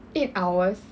eight hours